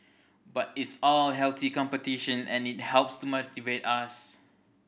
but it's all healthy competition and it helps to motivate us